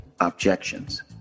objections